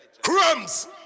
Crumbs